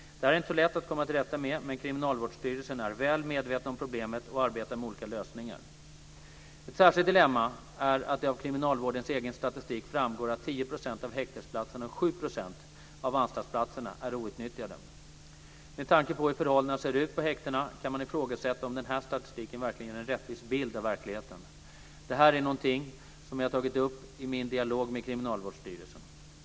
Det här är inte så lätt att komma till rätta med, men Kriminalvårdsstyrelsen är väl medveten om problemet och arbetar med olika lösningar. Ett särskilt dilemma är att det av kriminalvårdens egen statistik framgår att 10 % av häktesplatserna och 7 % av anstaltsplatserna är outnyttjade. Med tanke på hur förhållandena ser ut på häktena kan man ifrågasätta om den här statistiken verkligen ger en rättvis bild av verkligheten. Det här är någonting som jag har tagit upp i min dialog med Kriminalvårdsstyrelsen.